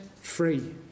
free